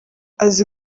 azi